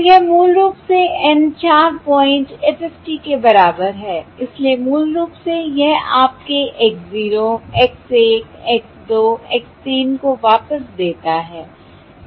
तो यह मूल रूप से N 4 पॉइंट FFT के बराबर है इसलिए मूल रूप से यह आपके X 0 X 1 X 2 X 3 को वापस देता है